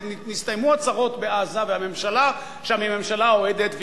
נסתיימו הצרות בעזה והממשלה שם היא ממשלה אוהדת,